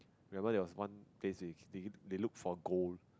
remember there was one phase they they keep they looked for gold